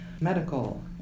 medical